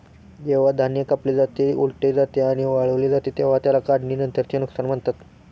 जेव्हा धान्य कापले जाते, उपटले जाते आणि वाळवले जाते तेव्हा त्याला काढणीनंतरचे नुकसान म्हणतात